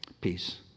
Peace